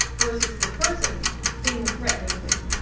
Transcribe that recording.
versus the person being the threatening thing.